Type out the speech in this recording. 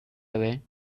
away